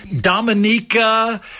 Dominica